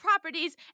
properties